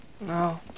No